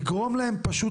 לגרום להם פשוט,